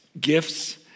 gifts